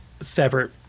separate